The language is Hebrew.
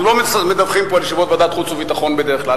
אנחנו לא מדווחים פה על ישיבות ועדת חוץ וביטחון בדרך כלל,